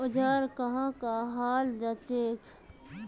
औजार कहाँ का हाल जांचें?